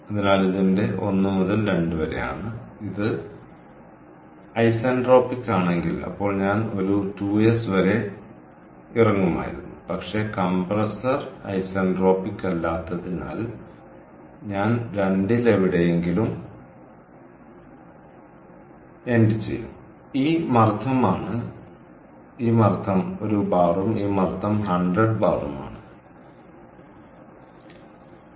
അതിനാൽ ഇത് എന്റെ 1 മുതൽ 2 വരെ ആണ് ഇത് ഐസെൻട്രോപിക് ആണെങ്കിൽ അപ്പോൾ ഞാൻ ഒരു 2s വരെ ഇറങ്ങുമായിരുന്നു പക്ഷേ കംപ്രസർ ഐസെൻട്രോപിക് അല്ലാത്തതിനാൽ ഞാൻ 2 ൽ എവിടെയെങ്കിലും അവസാനിക്കും ഈ മർദ്ദമാണ് ഈ മർദ്ദം ഒരു ബാറും ഈ മർദ്ദം 100 ബാറും ആണ് എല്ലാം ശരിയാണ്